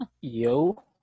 Yo